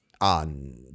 on